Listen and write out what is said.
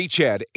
Chad